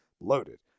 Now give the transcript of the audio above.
loaded